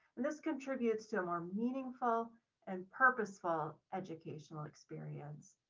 and this contributes to a more meaningful and purposeful educational experience.